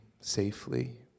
safely